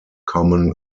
common